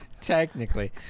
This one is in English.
Technically